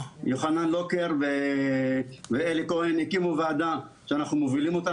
יוחנן לוקר ואלי כהן הקימו וועדה שאנחנו מובלים אותה,